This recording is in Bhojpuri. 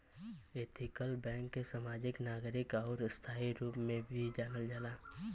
ऐथिकल बैंक के समाजिक, नागरिक आउर स्थायी रूप में भी जानल जाला